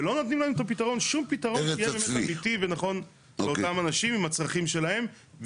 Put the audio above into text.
ולא נותנים להם פתרון אמיתי ונכון לאותם אנשים עם הצרכים שלהם,